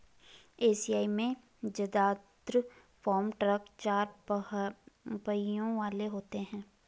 Asia में जदात्र farm truck चार पहियों वाले होते हैं